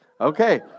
Okay